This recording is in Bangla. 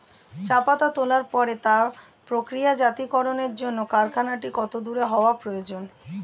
চা পাতা তোলার পরে তা প্রক্রিয়াজাতকরণের জন্য কারখানাটি কত দূর হওয়ার প্রয়োজন?